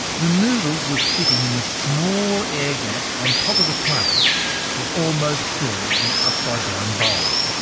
the noodles were sitting in the small air gap on top of the clay that almost filled the upside down bowl.